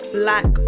black